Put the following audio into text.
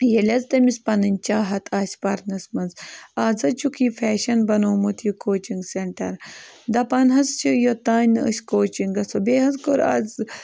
ییٚلہِ حظ تٔمِس پَنٕنۍ چاہت آسہِ پَرنَس منٛز آز حظ چھُکھ یہِ فیشَن بَنومُت یہِ کوچِنٛگ سٮ۪نٹَر دَپان حظ چھِ یوٚتام نہٕ أسۍ کوچِنٛگ گژھو بیٚیہِ حظ کوٚر آز